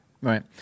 right